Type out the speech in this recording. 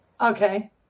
Okay